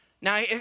Now